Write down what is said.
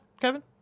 Kevin